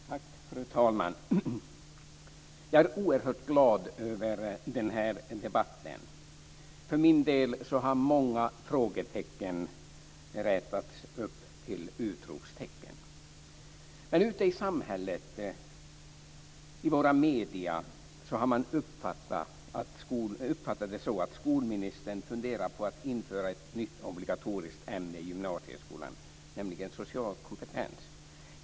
Fru talman! Jag är oerhört glad över den här debatten. För min del har många frågetecken rätats ut till utropstecken. Ute i samhället och i våra medier har man uppfattat det som att skolministern funderar på att införa ett nytt obligatoriskt ämne i gymnasieskolan, nämligen social kompetens.